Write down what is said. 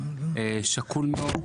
שקול מאוד,